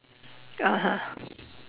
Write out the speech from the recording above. (uh huh)